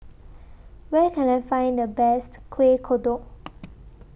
Where Can I Find The Best Kuih Kodok